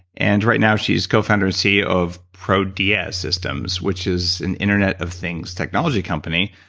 and right now she's co-founder, ceo of prodea systems, which is an internet of things technology company.